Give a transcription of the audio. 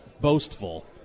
boastful